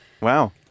Wow